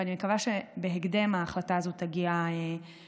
ואני מקווה שבהקדם ההחלטה הזו תגיע לממשלה.